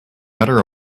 better